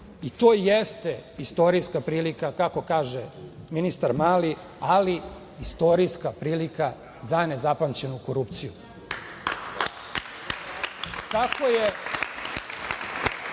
i to jeste istorijska prilika kako kaže ministar Mali, ali istorijska prilika za nezapamćenu korupciju. Tako je